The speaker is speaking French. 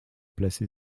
placé